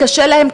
קשה להם,